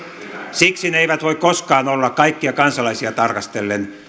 siksi ne eivät voi koskaan olla kaikkia kansalaisia tarkastellen